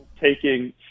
taking